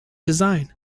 design